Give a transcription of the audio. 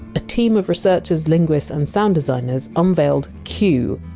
a team of researchers, linguists and sound designers unveiled q,